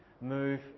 move